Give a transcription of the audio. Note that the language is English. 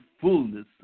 fullness